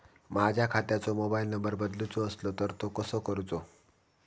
माझ्या खात्याचो mobile number बदलुचो असलो तर तो कसो करूचो?